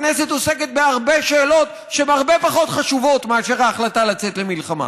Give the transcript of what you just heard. הכנסת עוסקת בהרבה שאלות שהן הרבה פחות חשובות מאשר ההחלטה לצאת למלחמה.